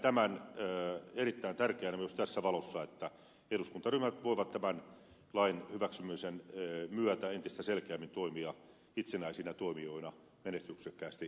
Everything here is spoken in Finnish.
näen tämän erittäin tärkeänä myös tässä valossa että eduskuntaryhmät voivat tämän lain hyväksymisen myötä entistä selkeämmin toimia itsenäisinä toimijoina menestyksekkäästi eduskunnassa